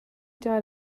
died